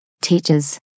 teachers